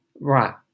right